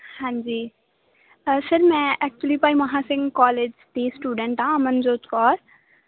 ਹਾਂਜੀ ਸਰ ਮੈਂ actually Bhai Maha Singh college ਦੀ ਸਟੂਡੈਂਟ ਹਾਂ ਅਮਨਜੋਤ ਕੌਰ